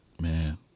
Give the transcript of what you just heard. Man